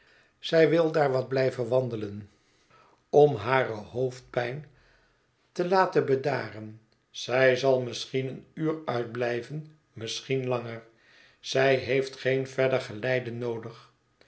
zij wil daar wat blijven wandelen om hare hoofdpijn te laten bedaren zij zal misschien een uur uitblijven misschien langer zij heeft geen verder geleide noodig